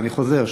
ואני חוזר,